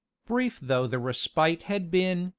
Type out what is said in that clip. brief though the respite had been,